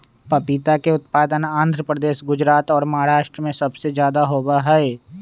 पपीता के उत्पादन आंध्र प्रदेश, गुजरात और महाराष्ट्र में सबसे ज्यादा होबा हई